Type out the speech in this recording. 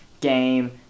game